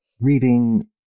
reading